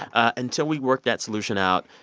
ah until we work that solution out,